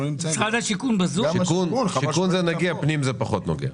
למשרד השיכון זה נוגע, למשרד הפנים זה פחות נוגע.